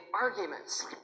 arguments